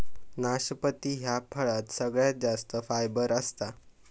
नाशपती ह्या फळात सगळ्यात जास्त फायबर असता